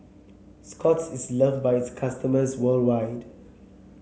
Scott's is love by its customers worldwide